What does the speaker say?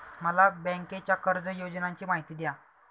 मला बँकेच्या कर्ज योजनांची माहिती द्या